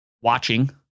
watching